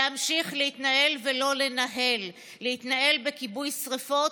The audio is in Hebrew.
להמשיך להתנהל ולא לנהל, להתנהל בכיבוי שרפות